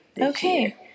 Okay